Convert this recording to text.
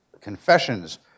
confessions